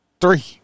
three